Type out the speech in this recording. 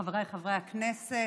חבריי חברי הכנסת,